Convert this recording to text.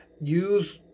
Use